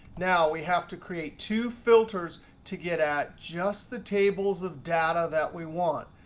now we have to create two filters to get at just the tables of data that we want.